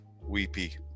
weepy